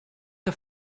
que